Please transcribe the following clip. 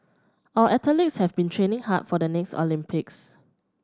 our athletes have been training hard for the next Olympics